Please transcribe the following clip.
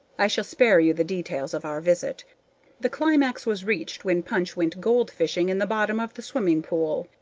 i shall spare you the details of our visit the climax was reached when punch went goldfishing in the bottom of the swimming pool.